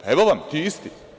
Evo vam, ti isti.